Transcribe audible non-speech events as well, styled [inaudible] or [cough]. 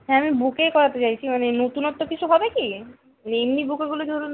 হ্যাঁ আমি বুকেই করাতে চাইছি মানে নতুনত্ব কিছু হবে কি [unintelligible] এমনি বুকেগুলো ধরুন